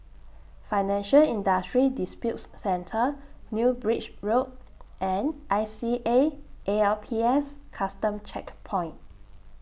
Financial Industry Disputes Center New Bridge Road and I C A A L P S Custom Checkpoint